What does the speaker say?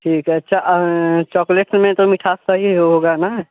ठीक है अच्छा चोकलेट्स में तो मिठास सही ही होगा ना